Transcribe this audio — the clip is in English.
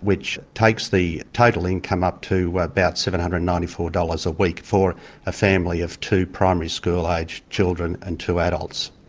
which takes the total income up to about seven hundred and ninety four dollars a week for a family of two primary school aged children and two adults.